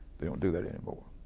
they don't do that anymore,